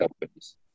companies